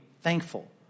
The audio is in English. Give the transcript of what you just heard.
thankful